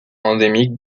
endémique